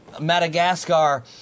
Madagascar